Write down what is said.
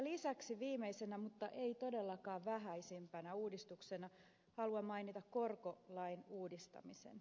lisäksi viimeisenä mutta ei todellakaan vähäisimpänä uudistuksena haluan mainita korkolain uudistamisen